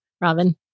Robin